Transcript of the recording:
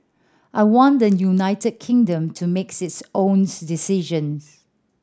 I want the United Kingdom to make this owns decisions